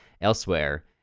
elsewhere